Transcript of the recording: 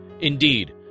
Indeed